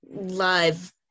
live